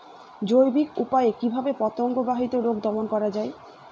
জৈবিক উপায়ে কিভাবে পতঙ্গ বাহিত রোগ দমন করা যায়?